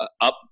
Up